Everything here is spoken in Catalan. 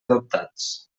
adoptats